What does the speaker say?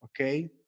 Okay